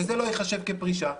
וזה לא ייחשב כפרישה.